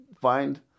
find